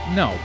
no